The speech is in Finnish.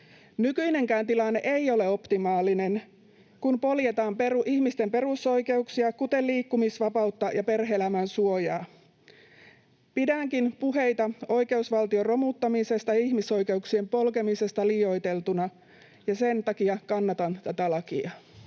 Nykyinenkään tilanne ei ole optimaalinen, kun poljetaan ihmisten perusoikeuksia, kuten liikkumisvapautta ja perhe-elämän suojaa. Pidänkin puheita oikeusvaltion romuttamisesta ja ihmisoikeuksien polkemisesta liioiteltuina, ja sen takia kannatan tätä lakia.